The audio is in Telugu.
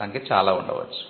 సంఖ్య చాలా ఉండవచ్చు